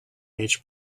each